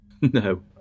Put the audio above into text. no